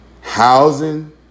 Housing